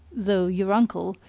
though your uncle,